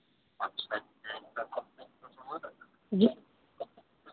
जी